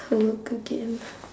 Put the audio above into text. work again